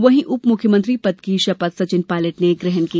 वही उपमुख्यमंत्री पद की शपथ सचिन पायलेट ने ग्रहण की